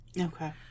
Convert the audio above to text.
Okay